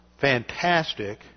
fantastic